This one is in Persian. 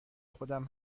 خودم